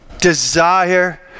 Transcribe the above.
desire